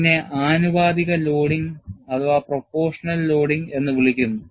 ഇതിനെ ആനുപാതിക ലോഡിംഗ് എന്ന് വിളിക്കുന്നു